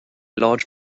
large